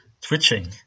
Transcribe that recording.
twitching